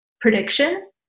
prediction